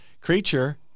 creature